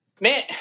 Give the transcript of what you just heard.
Man